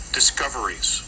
discoveries